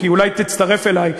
כי אולי תצטרף אלי,